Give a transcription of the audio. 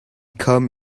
come